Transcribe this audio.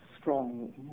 strong